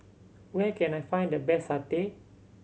where can I find the best satay